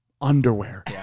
underwear